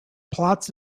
plots